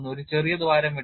ഒരു ചെറിയ ദ്വാരം ഇട്ടു